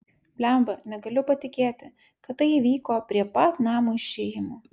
blemba negaliu patikėti kad tai įvyko prie pat namo išėjimo